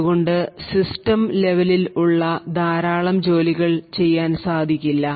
അതുകൊണ്ട് സിസ്റ്റം ലെവലിൽ ഉള്ള ധാരാളം ജോലികൾ ചെയ്യാൻ സാധിക്കില്ല